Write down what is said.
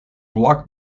bloch